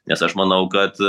nes aš manau kad